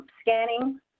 scanning